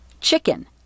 Chicken